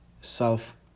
self